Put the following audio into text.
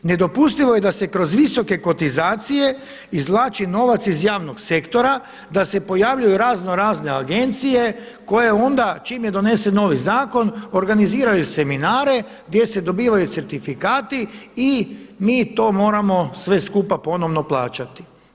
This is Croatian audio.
Nedopustivo je da se kroz visoke kotizacije izvlači novac iz javnog sektora, da se pojavljuju razno razne agencije koje onda čim je donesen novi zakon organiziraju seminare gdje se dobivaju certifikati i mi to moramo sve skupa ponovno plaćati.